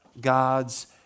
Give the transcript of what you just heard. God's